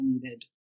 needed